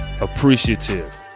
appreciative